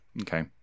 Okay